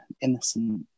innocent